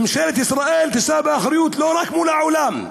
ממשלת ישראל תישא באחריות לא רק מול העולם,